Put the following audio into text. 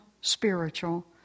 spiritual